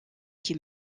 qui